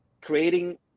creating